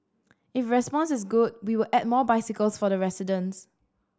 if response is good we will add more bicycles for the residents